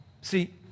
See